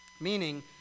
Meaning